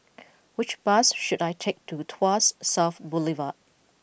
which bus should I take to Tuas South Boulevard